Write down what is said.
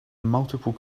multiple